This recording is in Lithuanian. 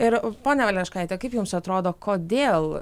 ir ponia valeškaite kaip jums atrodo kodėl